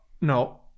No